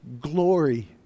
glory